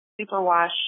superwash